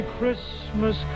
Christmas